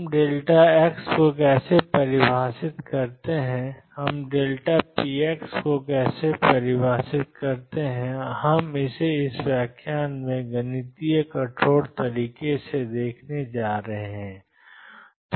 हम x को कैसे परिभाषित करते हैं हम px को कैसे परिभाषित करते हैं हम इसे इस व्याख्यान में गणितीय कठोर तरीके से देखने जा रहे हैं